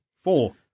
Four